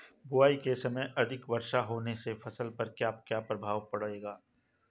बुआई के समय अधिक वर्षा होने से फसल पर क्या क्या प्रभाव पड़ेगा?